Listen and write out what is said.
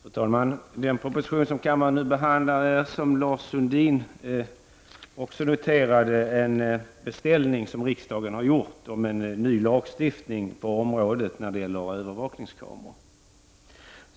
Fru talman! Den proposition som kammaren nu behandlar är, som Lars Sundin också noterade, en beställning riksdagen gjort om en ny lagstiftning på detta område.